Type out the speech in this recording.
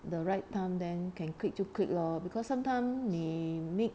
the right time then can click 就 click lor because sometime 你 make